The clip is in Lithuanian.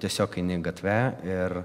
tiesiog eini gatve ir